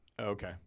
Okay